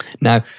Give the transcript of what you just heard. Now